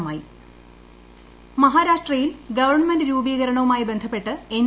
മഹാരാഷ്ട്ര മഹാരാഷ്ട്രയിൽ ഗവൺമെന്റ് രൂപീകരണവുമായി ബന്ധപ്പെട്ട് എൻ